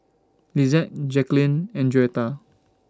Lizeth Jacklyn and Joetta